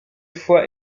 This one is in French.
foi